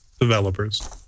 Developers